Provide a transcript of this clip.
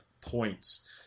points